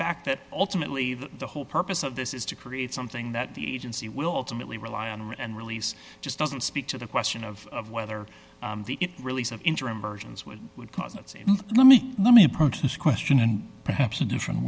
fact that ultimately the whole purpose of this is to create something that the agency will ultimately rely on and release just doesn't speak to the question of whether the release of interim versions would would cause that same let me let me approach this question and perhaps a different